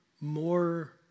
more